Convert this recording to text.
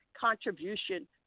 contribution